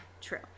true